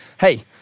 hey